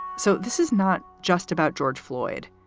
so this is not just about george floyd,